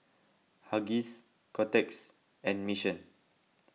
Huggies Kotex and Mission